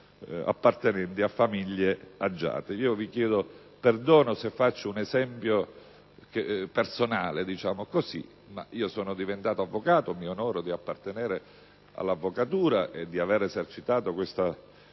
Vi chiedo perdono se faccio un esempio personale. Io sono diventato avvocato, e mi onoro di appartenere all'avvocatura e di avere esercitato questa professione